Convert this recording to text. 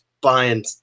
buying